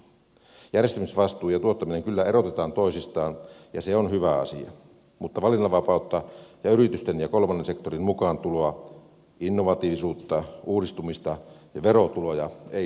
järjestämisvastuu ja tuottaminen kyllä erotetaan toisistaan ja se on hyvä asia mutta valinnanvapautta ja yritysten ja kolmannen sektorin mukaantuloa innovatiivisuutta uudistumista ja verotuloja ei sallittu